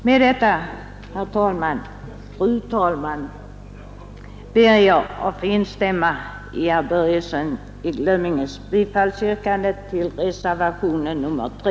Med detta, fru talman, ber jag att få instämma i herr Börjessons i Glömminge yrkande om bifall till reservationen 3.